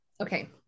Okay